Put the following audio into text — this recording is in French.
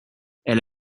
elle